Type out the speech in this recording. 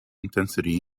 intensity